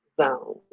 zone